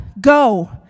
go